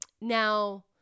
Now